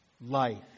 life